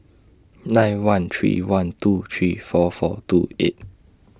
nine one three one two three four four two eight